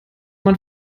man